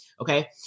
okay